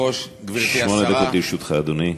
שמונה דקות לרשותך, אדוני.